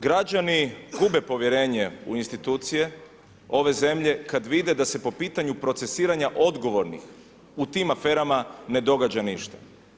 Građani gube povjerenje u institucije ove zemlje, kada vide da se po pitanju procesuiranja odgovornih u tim aferama ne događa ništa.